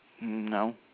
No